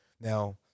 Now